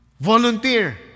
Volunteer